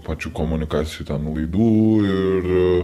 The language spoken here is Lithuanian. pačių komunikacijų ten laidų ir